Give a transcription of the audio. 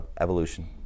evolution